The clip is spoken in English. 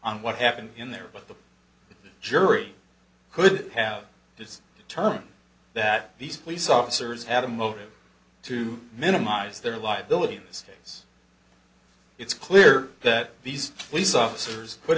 on what happened in there but the jury could have just term that these police officers had a motive to minimize their liability in this case it's clear that these police officers could